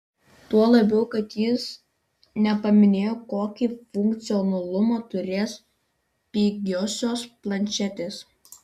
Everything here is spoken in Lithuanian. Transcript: tuo labiau kad jis nepaminėjo kokį funkcionalumą turės pigiosios planšetės